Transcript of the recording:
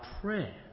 prayer